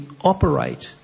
operate